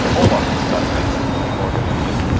ola thinks about things and people are gonna get pissed.